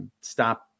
stop